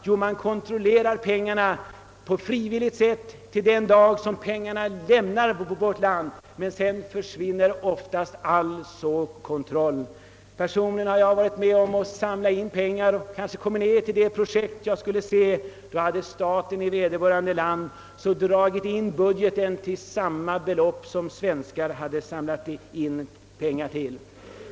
Jo, man kontrollerar pengarna fram till den dag då de lämnar vårt land, men sedan försvinner ofta en del av kontrollen. Personligen har jag varit med om att samla in pengar. När jag sedan kom ned för att se på det projekt som pengarna var avsedda för, fann jag att staten i vederbörande land hade dragit ned budgeten med samma belopp som det av svenskar insamlade beloppet uppgick till.